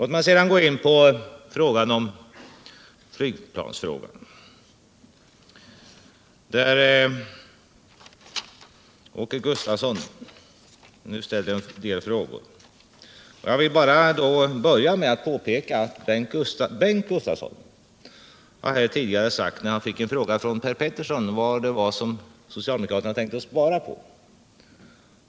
Låt mig sedan gå in på Nlygplansfrågan, rörande vilken Åke Gustavsson ställde en del frågor. Jag vill börja med att påpeka att Bengt Gustavsson tidigare fick en fråga av Per Petersson om vad socialdemokraterna ämnar spara på.